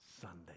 Sunday